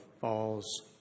falls